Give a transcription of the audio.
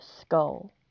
skull